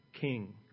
king